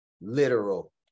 literal